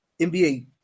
NBA